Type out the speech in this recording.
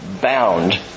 bound